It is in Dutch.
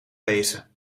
wezen